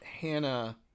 Hannah